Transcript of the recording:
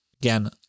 Again